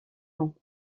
ans